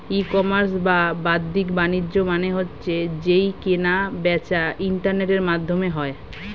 ই commerce বা বাদ্দিক বাণিজ্য মানে হচ্ছে যেই কেনা বেচা ইন্টারনেটের মাধ্যমে হয়